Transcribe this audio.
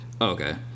Okay